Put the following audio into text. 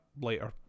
later